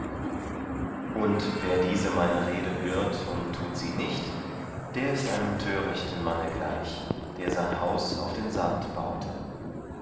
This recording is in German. und wer diese meine rede hört und tut sie nicht der ist einem törichten manne gleich der sein haus auf den sand baute